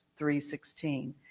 3.16